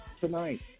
tonight